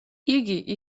იგი